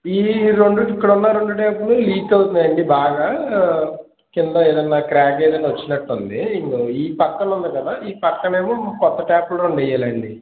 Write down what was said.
ఈ రెండూ ఇక్కడున్న రెండు ట్యాప్లు లీక్ అవుతున్నాయండి బాగా కింద ఏదన్నా క్ర్యాక్ ఏదన్నా వచ్చినట్టుంది ఇదిగో ఈ పక్కన ఉంది కదా ఈ పక్కనేమో కొత్త ట్యాప్లు రెండు వెయ్యాలండి